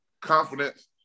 confidence